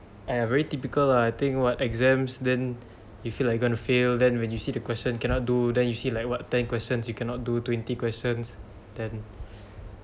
!aiya! very typical lah I think what exams then you feel like you gonna fail then when you see the question cannot do then you see like what ten questions you cannot do twenty questions then